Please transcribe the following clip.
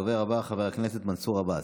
הדובר הבא, חבר הכנסת מנסור עבאס,